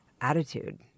attitude